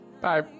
Bye